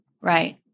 Right